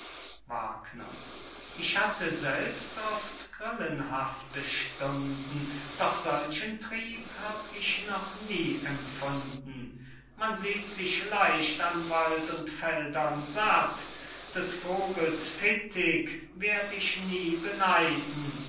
strebt ich hatte selbst oft grillenhafte stunden doch solchen trieb hab ich noch nie empfunden man sieht sich leicht an wald und feldern satt des vogels fittig werd ich nie beneiden